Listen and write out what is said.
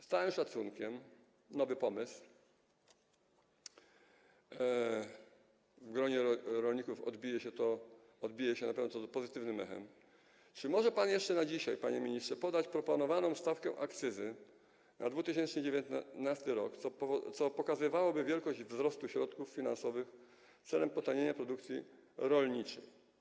Z całym szacunkiem, nowy pomysł, w gronie rolników odbije się na pewno to pozytywnym echem, czy może pan jeszcze dzisiaj, panie ministrze, podać proponowaną stawkę akcyzy na 2019 r., co pokazywałoby wielkość wzrostu środków finansowych celem potanienia produkcji rolniczej?